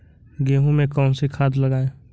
गेहूँ में कौनसी खाद लगाएँ?